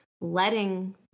Letting